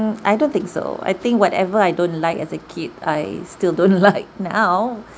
um I don't think so I think whatever I don't like as a kid I still don't like now